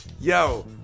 yo